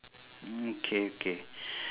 mm K okay